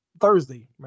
Thursday